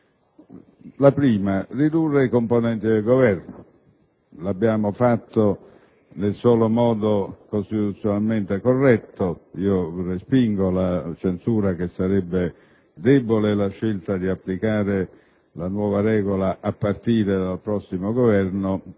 La prima: ridurre i componenti del Governo. L'abbiamo fatto nel solo modo costituzionalmente corretto. Respingo la censura che sarebbe debole la scelta di applicare la nuova regola a partire dal prossimo Governo.